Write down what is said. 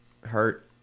hurt